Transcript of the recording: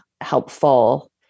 helpful